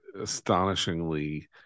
astonishingly